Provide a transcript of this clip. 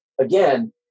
again